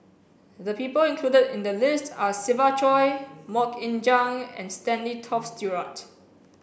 the people included in the list are Siva Choy Mok Ying Jang and Stanley Toft Stewart